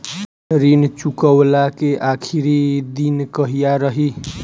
ऋण चुकव्ला के आखिरी दिन कहिया रही?